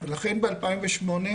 בשנת 2008,